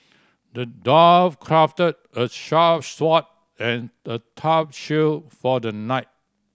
the dwarf crafted a sharp sword and a tough shield for the knight